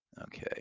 Okay